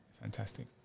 Fantastic